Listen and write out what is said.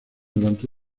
durante